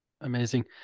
amazing